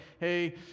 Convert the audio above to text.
Hey